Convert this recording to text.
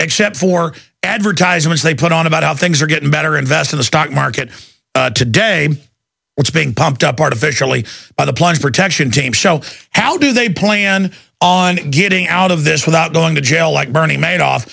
except for advertisements they put on about how things are getting better invest in the stock market today it's being pumped up artificially by the plunge protection team so how do they plan on getting out of this without going to jail like bernie madoff